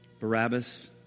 Barabbas